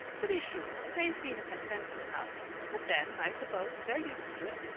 to be sure, they seem contented enough but then, i suppose, they're used to it.